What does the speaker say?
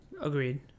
Agreed